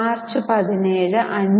March 17 5